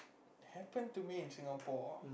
happen to me in Singapore